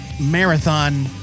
marathon